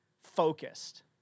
focused